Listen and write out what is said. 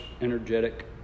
energetic